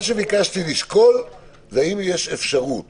מה שביקשתי לשאול זה האם יש אפשרות